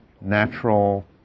natural